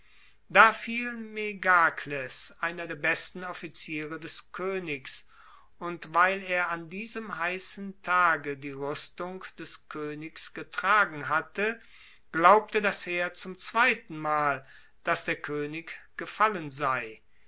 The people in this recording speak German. da fiel megakles einer der besten offiziere des koenigs und weil er an diesem heissen tage die ruestung des koenigs getragen hatte glaubte das heer zum zweitenmal dass der koenig gefallen sei